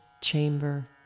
chamber